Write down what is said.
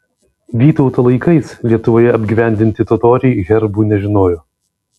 vytauto laikais lietuvoje apgyvendinti totoriai herbų nežinojo